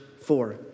four